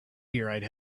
meteorite